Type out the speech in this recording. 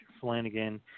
Flanagan